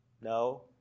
No